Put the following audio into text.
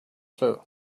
clue